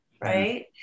Right